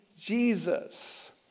Jesus